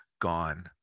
gone